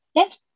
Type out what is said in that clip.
Yes